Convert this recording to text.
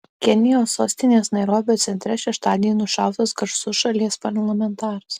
kenijos sostinės nairobio centre šeštadienį nušautas garsus šalies parlamentaras